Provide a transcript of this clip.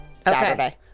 Saturday